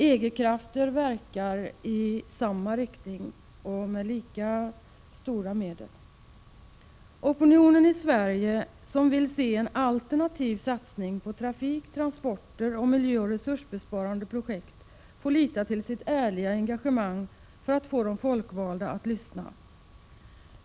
EG-krafter verkar i samma riktning och med lika stora medel. Opinionen i Sverige, som vill se en alternativ satsning på trafik, transporter och miljöoch resursbesparande projekt, får lita till sitt ärliga engagemang för att få de folkvalda att lyssna.